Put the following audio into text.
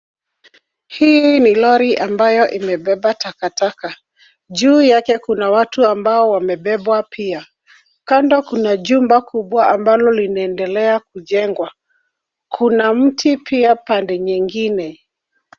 Hii ni lori ambayo imebeba takataka. Juu yake kuna watu ambao wamebebwa pia. Kando kuna jumba kubwa ambalo linaendelea kujengwa. Kuna mti pia pande nyingine.